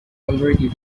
already